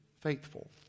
Faithful